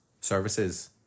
services